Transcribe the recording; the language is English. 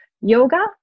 yoga